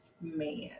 man